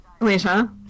Alicia